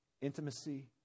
intimacy